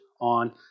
on